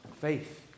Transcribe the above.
faith